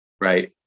right